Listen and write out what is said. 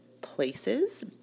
places